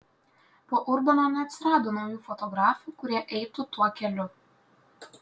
po urbono neatsirado naujų fotografų kurie eitų tuo keliu